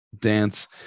dance